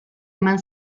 eman